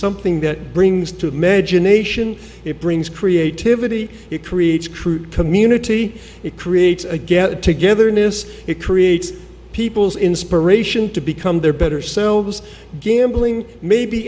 something that brings to magination it brings creativity it creates cruet community it creates a get together in this it creates people's inspiration to become their better selves gambling may be